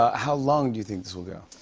ah how long do you think this will go?